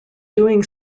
doing